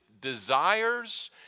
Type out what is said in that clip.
desires